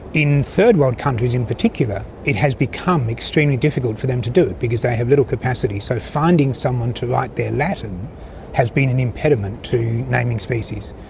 in third world countries in particular it has become extremely difficult for them to do it because they have little capacity, so finding someone to write their latin has been an impediment to naming species.